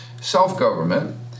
self-government